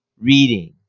reading